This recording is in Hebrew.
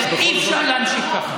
אי-אפשר להמשיך ככה.